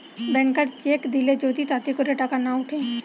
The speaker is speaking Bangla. ব্যাংকার চেক দিলে যদি তাতে করে টাকা না উঠে